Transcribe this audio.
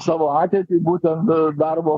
savo ateitį būtent darbą